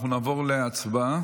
אנחנו נעבור להצבעה.